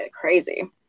Crazy